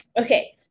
Okay